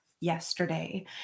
yesterday